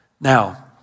Now